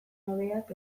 hobeak